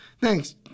Thanks